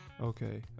Okay